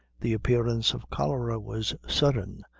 the appearance of cholera was sudden,